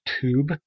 tube